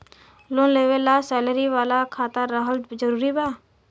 Loan लेवे ला salary वाला खाता रहल जरूरी बा?